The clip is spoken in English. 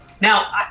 Now